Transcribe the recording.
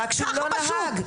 ככה פשוט.